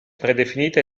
predefinita